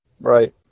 Right